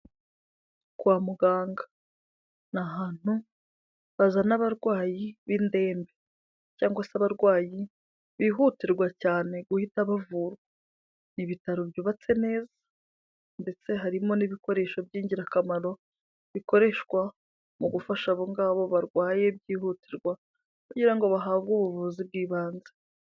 Kwa muganga ni ahantu bazana abarwayi b'indembe cyangwa se abarwayi bihutirwa cyane guhita bavurwa. Ni ibitaro byubatse neza ndetse harimo n'ibikoresho by'ingirakamaro bikoreshwa mu gufasha abo ngabo barwaye byihutirwa kugira ngo bahabwe ubuvuzi bw'ibanze.